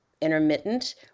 intermittent